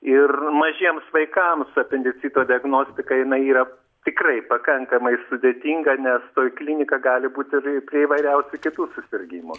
ir mažiems vaikams apendicito diagnostika jinai yra tikrai pakankamai sudėtinga nes klinika gali būti ir prie įvairiausių kitų susirgimų